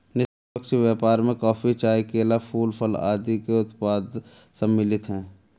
निष्पक्ष व्यापार में कॉफी, चाय, केला, फूल, फल आदि के उत्पाद सम्मिलित हैं